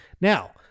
Now